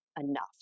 enough